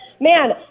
man